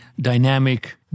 dynamic